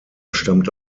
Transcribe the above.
stammte